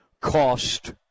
Cost